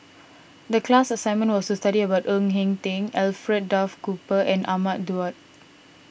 the class assignment was to study about Ng Eng Teng Alfred Duff Cooper and Ahmad Daud